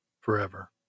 forever